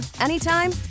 anytime